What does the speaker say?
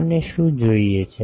આપણને શું જોઈએ છે